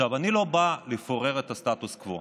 אני לא בא לפורר את הסטטוס קוו.